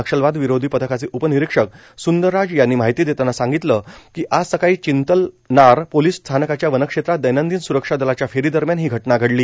नक्षलवाद विरोधी पथकाचे उप निरीक्षक सुंदरराज यांनी माहिती देतांना सांगितलं की आज सकाळी चिंतलनार पोलीस स्थानकाच्या वनक्षेत्रात दैनंदिन स्रक्षा दलाच्या फेरी दरम्यान ही घटना घडली